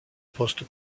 poste